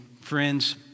Friends